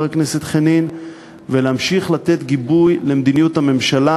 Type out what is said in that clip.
הכנסת חנין ולהמשיך לתת גיבוי למדיניות הממשלה,